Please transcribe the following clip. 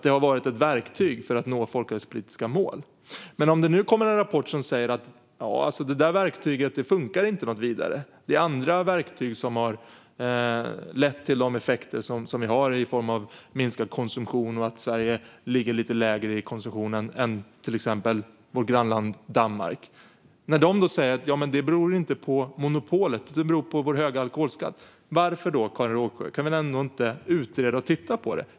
Det har varit ett verktyg för att nå folkhälsopolitiska mål. Men nu kommer det en rapport som säger att detta verktyg inte funkar något vidare, att det är andra verktyg som har lett till de effekter som vi har fått i form av minskad konsumtion och att Sverige ligger lite lägre i konsumtion än till exempel vårt grannland Danmark. Man säger att detta inte beror på monopolet utan på vår höga alkoholskatt. Varför, Karin Rågsjö, kan vi då inte utreda och titta på detta?